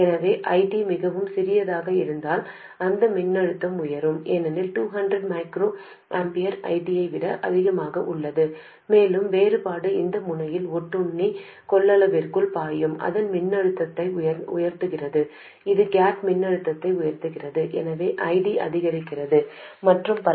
எனவே ID மிகவும் சிறியதாக இருந்தால் இந்த மின்னழுத்தம் உயரும் ஏனெனில் 200 μA ஐடியை விட அதிகமாக உள்ளது மேலும் வேறுபாடு இந்த முனையில் ஒட்டுண்ணி கொள்ளளவிற்குள் பாயும் அதன் மின்னழுத்தத்தை உயர்த்துகிறது இது கேட் மின்னழுத்தத்தை உயர்த்துகிறது எனவே ID அதிகரிக்கிறது மற்றும் பல